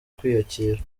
kwiyakira